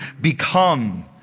become